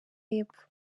y’epfo